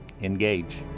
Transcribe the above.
engage